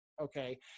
okay